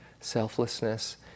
selflessness